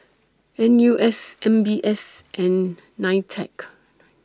N U S M B S and NITEC